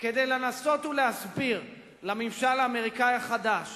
כדי לנסות ולהסביר לממשל האמריקני החדש